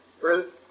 Ruth